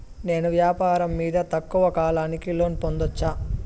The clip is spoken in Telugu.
నేను వ్యాపారం మీద తక్కువ కాలానికి లోను పొందొచ్చా?